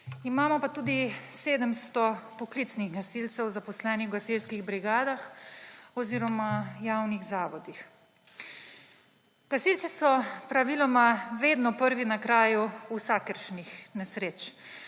imamo pa tudi 700 poklicnih gasilcev, zaposlenih v gasilskih brigadah oziroma javnih zavodih. Gasilci so praviloma vedno prvi na kraju vsakršnih nesreč,